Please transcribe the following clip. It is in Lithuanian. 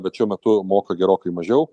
bet šiuo metu moka gerokai mažiau